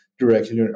directly